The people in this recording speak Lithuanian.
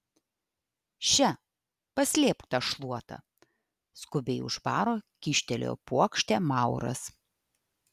še paslėpk tą šluotą skubiai už baro kyštelėjo puokštę mauras